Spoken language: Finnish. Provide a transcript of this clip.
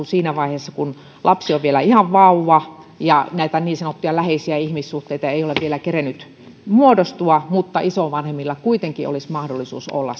siinä vaiheessa kun lapsi on vielä ihan vauva ja näitä niin sanottuja läheisiä ihmissuhteita ei ole vielä kerennyt muodostua mutta isovanhemmilla kuitenkin olisi mahdollisuus olla